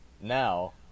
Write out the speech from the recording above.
Now